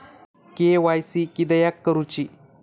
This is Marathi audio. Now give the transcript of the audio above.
के.वाय.सी किदयाक करूची?